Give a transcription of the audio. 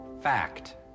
Fact